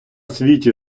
світі